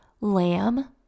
Lamb